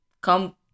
come